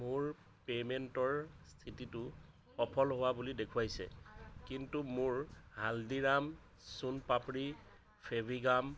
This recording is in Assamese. মোৰ পে'মেণ্টৰ স্থিতিটো সফল হোৱা বুলি দেখুৱাইছে কিন্তু মোৰ হালদিৰাম চোন পাপড়ি ফেভিগাম